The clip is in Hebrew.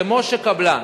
כמו שקבלן